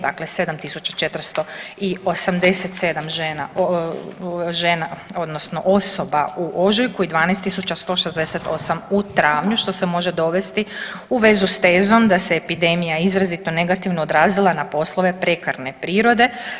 Dakle, 7487 žena, odnosno osoba u ožujku i 12168 u travnju što se može dovesti u vezu sa tezom da se epidemija izrazito negativno odrazila na poslove prekarne prirode.